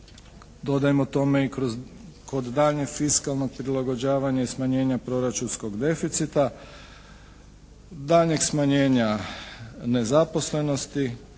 Dodajmo tome i kod daljnjeg fiskalnog prilagođavanja i smanjenja proračunskog deficita, daljnjeg smanjenja nezaposlenosti